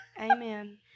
Amen